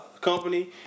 company